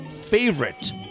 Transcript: favorite